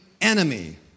enemy